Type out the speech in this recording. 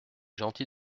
gentil